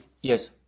Yes